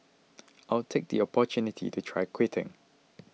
I'll take the opportunity to try quitting